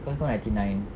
cause kau ninety nine